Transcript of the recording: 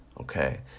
Okay